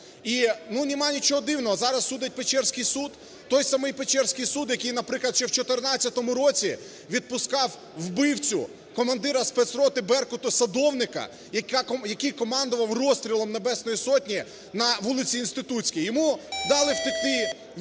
Ну нема нічого дивного: зараз судить Печерський суд – той самий Печерський суд, який, наприклад, ще у 2014 році відпускав вбивцю командира спецроти "Беркута" Садовника, який командував розстрілом Небесної Сотні на вулиці Інститутській. Йому дали втекти, він